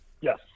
Yes